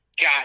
got